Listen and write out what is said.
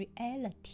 reality